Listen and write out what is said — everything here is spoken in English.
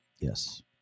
Yes